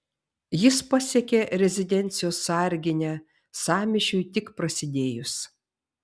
jis pasiekė rezidencijos sarginę sąmyšiui tik prasidėjus